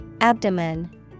Abdomen